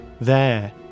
There